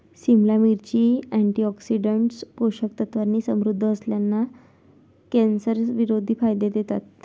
सिमला मिरची, अँटीऑक्सिडंट्स, पोषक तत्वांनी समृद्ध असल्याने, कॅन्सरविरोधी फायदे देतात